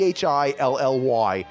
Philly